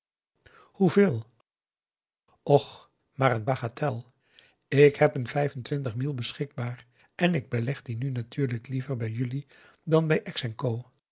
hoeveel och maar n bagatel ik heb n vijf en twintig mille beschikbaar en ik beleg die nu natuurlijk liever bij jelui dan bij